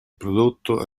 prodotto